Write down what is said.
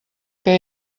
que